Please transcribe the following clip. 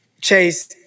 Chase